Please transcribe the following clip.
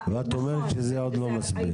ואת אומרת שזה עוד לא מספיק.